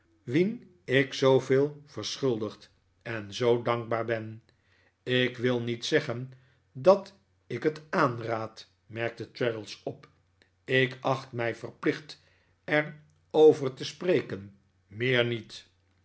wien ik zooveel verschuldigd en zoo dankbaar ben ik wil niet zeggen dat ik het aanraad merkte traddles op ik acht mij verplicht er over te spreken meer niet